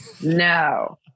no